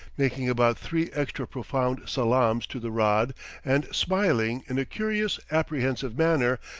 making about three extra profound salaams to the rod and smiling in a curious, apprehensive manner,